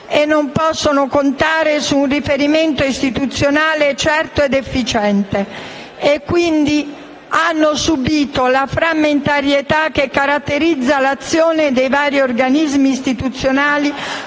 e non possono contare su un riferimento istituzionale certo ed efficiente, quindi subiscono la frammentarietà dell'azione dei vari organismi istituzionali